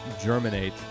germinate